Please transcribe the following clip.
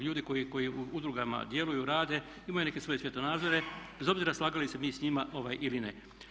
Ljudi koji u udrugama djeluju, rade imaju neke svoje svjetonazore bez obzira slagali se mi s njima ili ne.